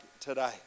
today